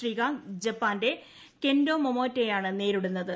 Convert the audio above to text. ശ്രീകാന്ത്ജപ്പാന്റെ Kento മോമോറ്റയാണ് നേരിടു്ന്നത്